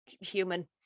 human